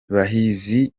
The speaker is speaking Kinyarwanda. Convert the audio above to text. bahizi